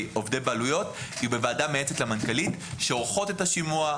בעלויות היא בוועדה מייעצת למנכ"לית שעורכות את השימוע,